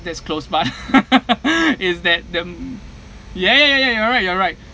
that's closed but is that them ya ya ya ya you're right you're right